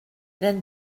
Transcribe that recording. then